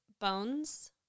bones